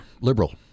liberal